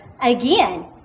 again